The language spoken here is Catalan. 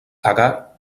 agar